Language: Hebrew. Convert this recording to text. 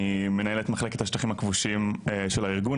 אני מנהל את מחלקת השטחים הכבושים של הארגון,